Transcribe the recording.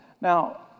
Now